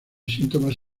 síntomas